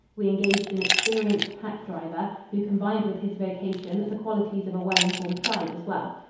we engaged an experienced hack-driver, who combined with his vocation the qualities of a well informed guide as well.